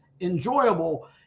enjoyable